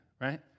right